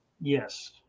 Yes